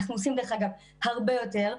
אנחנו עושים דרך אגב הרבה יותר,